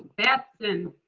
paxton.